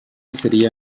sería